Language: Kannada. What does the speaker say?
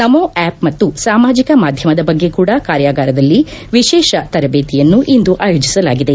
ನಮೋಆಪ್ ಮತ್ತು ಸಾಮಾಜಿಕ ಮಾಧ್ಯಮದ ಬಗ್ಗೆ ಕೂಡ ಕಾರ್ಯಾಗಾರದಲ್ಲಿ ವಿಶೇಷ ತರಬೇತಿಯನ್ನು ಇಂದು ಆಯೋಜಿಸಲಾಗಿದೆ